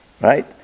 Right